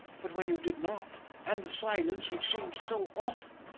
but when you did not and the silence, which seemed so awful,